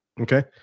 Okay